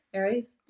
Aries